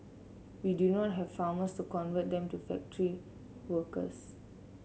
we do not have farmers to convert them to factory workers